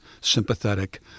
sympathetic